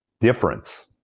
difference